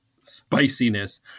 spiciness